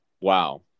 Wow